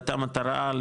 הייתה מטרה,